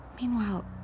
Meanwhile